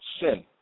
sin